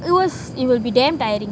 it was it will be damn tiring